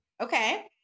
Okay